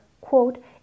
quote